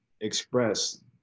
express